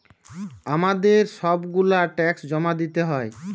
আমাদের সব গুলা ট্যাক্স জমা দিতে হয়